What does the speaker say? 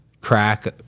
crack